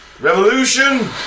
Revolution